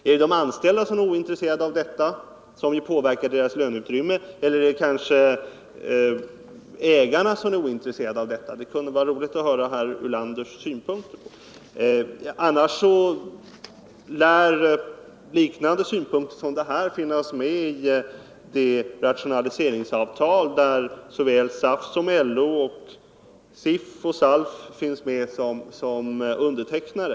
Är det de anställda som är ointresserade av detta Torsdagen den —- vilket ju påverkar deras löneutrymme -— eller är det kanske ägarna 28 november 1974 som är ointresserade av detta? Det kunde vara roligt att få höra herr Ulanders synpunkter på den frågan. — Annars lär liknande synpunkter Åtgärder för att finnas med i det rationaliseringsavtal där såväl SAF som LO samt SIF = fördjupa arbetsdeoch SALF finns med som undertecknare.